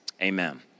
Amen